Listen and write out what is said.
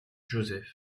joseph